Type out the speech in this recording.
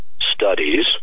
studies